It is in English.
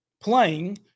playing